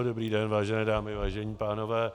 Dobrý den, vážené dámy, vážení pánové.